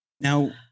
Now